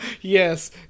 Yes